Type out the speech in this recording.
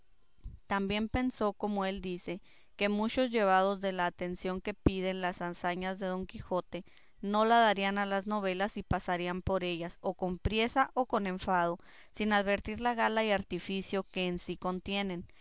también pensó como él dice que muchos llevados de la atención que piden las hazañas de don quijote no la darían a las novelas y pasarían por ellas o con priesa o con enfado sin advertir la gala y artificio que en sí contienen